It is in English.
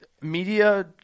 media